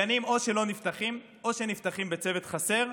גנים, או שהם לא נפתחים, או שנפתחים בצוות חסר.